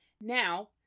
Now